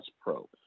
Pro